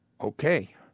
Okay